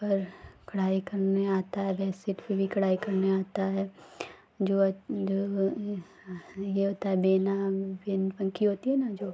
पर कढ़ाई करना आता है बेडशीट भी कढ़ाई करनी आती है जो जो जो यह होता है पन्खी होती है ना जो